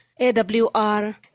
AWR